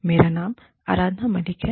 मेरा नाम आराधना मलिक है